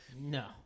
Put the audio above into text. No